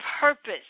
purpose